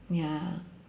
ya